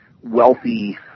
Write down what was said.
wealthy